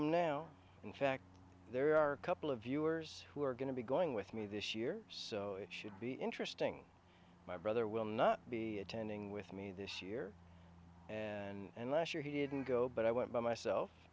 them now in fact there are a couple of viewers who are going to be going with me this year so it should be interesting my brother will not be attending with me this year and last year he didn't go but i went by myself